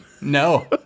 No